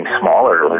smaller